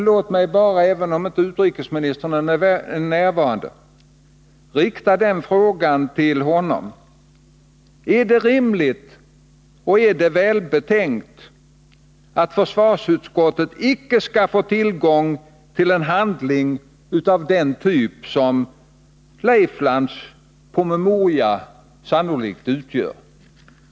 Låt mig bara — även om utrikesministern inte är närvarande — rikta följande fråga till honom: Är det rimligt och är det välbetänkt att försvarsutskottet icke skall få tillgång till en handling av den typ som Leif Leiflands promemoria sannolikt utgör?